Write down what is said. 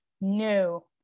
No